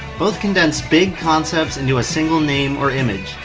both condense big concepts into a single name or image.